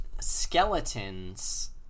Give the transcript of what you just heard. skeletons